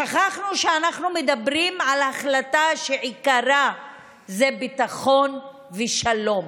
שכחנו שאנחנו מדברים על החלטה שעיקרה ביטחון ושלום.